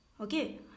okay